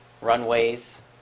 runways